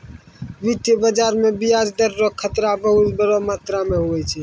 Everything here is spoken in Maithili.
वित्तीय बाजार मे ब्याज दर रो खतरा बहुत बड़ो मात्रा मे हुवै छै